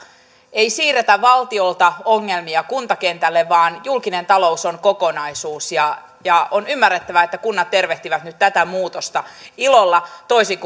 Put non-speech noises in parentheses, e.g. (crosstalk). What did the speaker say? ei siirretä valtiolta ongelmia kuntakentälle vaan julkinen talous on kokonaisuus ja ja on ymmärrettävää että kunnat tervehtivät nyt tätä muutosta ilolla toisin (unintelligible)